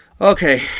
Okay